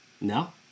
No